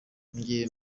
njye